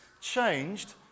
changed